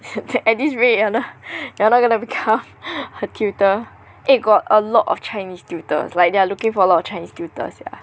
at this rate you're not you're not gonna become a tutor eh got a lot of Chinese tutors like they are looking for a lot of Chinese tutors sia